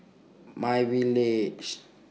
MyVillage